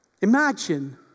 Imagine